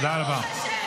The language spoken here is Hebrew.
לסמוך עליך.